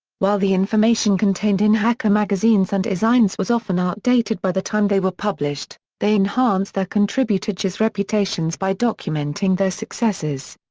while the information contained in hacker magazines and ezines was often outdated by the time they were published, they enhanced their contributors's reputations by documenting their successes.